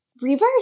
reverse